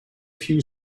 few